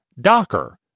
Docker